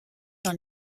dans